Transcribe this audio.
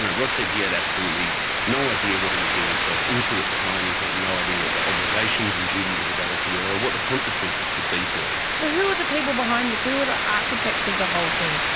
rod said he had absolutely no idea what he was getting himself into at the time. he had no idea what the obligations and duties of a director were, or what the consequences could be for him. so who are the people behind this? who are the architects of the whole thing?